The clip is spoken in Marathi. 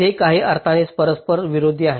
ते काही अर्थाने परस्पर विरोधी आहेत